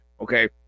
Okay